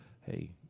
hey